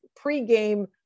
pregame